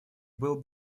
был